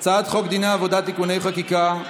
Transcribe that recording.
הצעת חוק דיני העבודה (תיקוני חקיקה),